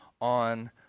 on